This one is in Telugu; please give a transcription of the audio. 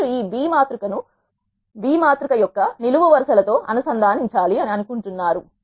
మీరు ఈ B మాతృ కను యొక్క నిలువు వరుస ల తో అనుసంధానించాలి అని అనుకుంటున్నారు